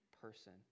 person